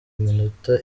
minota